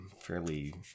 fairly